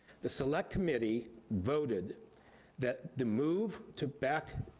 the select committee voted that the move to back,